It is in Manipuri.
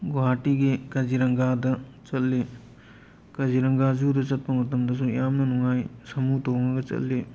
ꯒꯨꯍꯥꯇꯤꯒꯤ ꯀꯖꯤꯔꯪꯒꯥꯗ ꯆꯠꯂꯤ ꯀꯖꯤꯔꯪꯒꯥ ꯖꯨꯗ ꯆꯠꯄ ꯃꯇꯝꯗꯁꯨ ꯌꯥꯝꯅ ꯅꯨꯡꯉꯥꯏ ꯁꯥꯃꯨ ꯇꯣꯡꯉꯒ ꯆꯠꯂꯤ